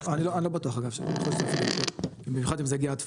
אני לא בטוח אגב ש- במיוחד אם זה הגיע עד פארן,